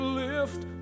lift